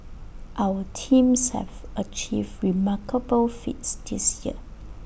our teams have achieved remarkable feats this year